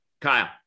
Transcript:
Kyle